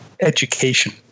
education